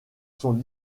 sont